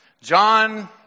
John